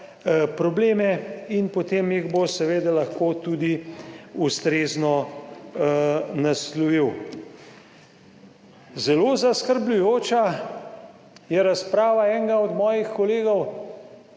probleme in potem jih bo seveda lahko tudi ustrezno naslovil. Zelo zaskrbljujoča je razprava enega od mojih kolegov,